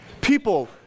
People